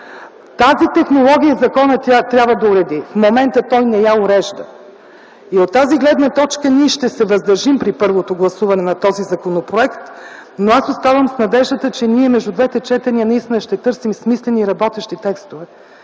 Тази технология законът трябва да я уреди, но в момента той не я урежда. От тази гледна точка ние ще се въздържим при първото гласуване на този законопроект, но аз оставам с надеждата, че ние между двете четения ще търсим смислени и работещи текстове,